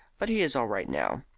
but he is all right now.